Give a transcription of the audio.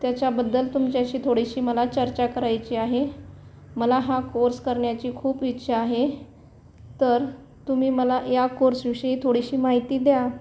त्याच्याबद्दल तुमच्याशी थोडीशी मला चर्चा करायची आहे मला हा कोर्स करण्याची खूप इच्छा आहे तर तुम्ही मला या कोर्सविषयी थोडीशी माहिती द्या